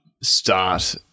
start